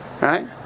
right